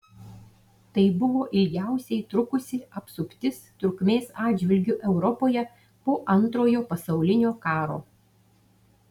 tai buvo ilgiausiai trukusi apsuptis trukmės atžvilgiu europoje po antrojo pasaulinio karo